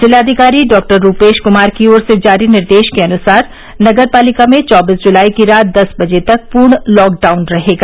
जिलाधिकारी डॉक्टर रूपेश कुमार की ओर से जारी निर्देश के अनुसार नगरपालिका में चौबीस जुलाई की रात दस बजे तक पूर्ण लॉकडाउन रहेगा